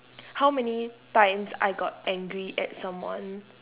how many times I got angry at someone